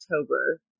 October